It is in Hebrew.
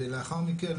ולאחר מכן,